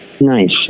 Nice